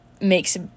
makes